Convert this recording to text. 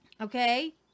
Okay